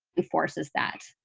enforces that.